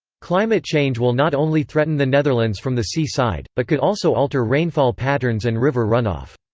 climate change will not only threaten the netherlands from the sea side, but could also alter rainfall patterns and river run-off.